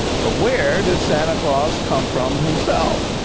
but where did santa claus come from himself?